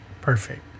perfect